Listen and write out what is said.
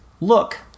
look